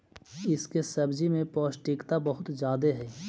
इसके सब्जी में पौष्टिकता बहुत ज्यादे हई